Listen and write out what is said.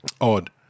odd